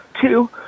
Two